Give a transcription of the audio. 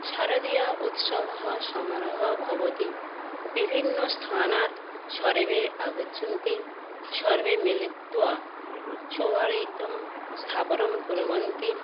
शारदीय उत्सवः समारोहः भवति विभिन्नस्थानात् सर्वे आगच्छन्ति सर्वे मिलित्वा सौहारितुं स्थापनं कुर्वन्ति